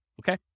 okay